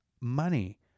money